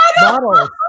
Models